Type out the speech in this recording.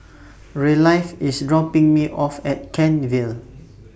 Ryleigh IS dropping Me off At Kent Vale